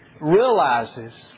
realizes